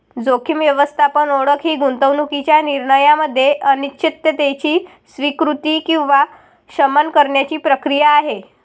जोखीम व्यवस्थापन ओळख ही गुंतवणूकीच्या निर्णयामध्ये अनिश्चिततेची स्वीकृती किंवा शमन करण्याची प्रक्रिया आहे